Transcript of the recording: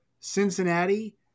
Cincinnati